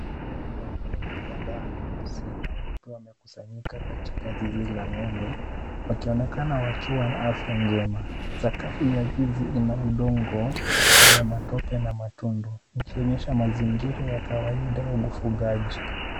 Ng'ombe wadogo kadhaa weusi na weupe wamekusanyika katika zizi la ng'ombe wakionekana wakiwa na afya njema. Sakafu ya nzi ina udongo wenye matope na matundu. Ukionyesha mazingira ya kawaida ya ufugaji.